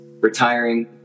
retiring